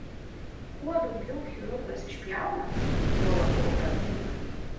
kuo daugiau chirurgas išpjauna tuo labiau pagydo